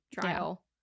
trial